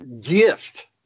gift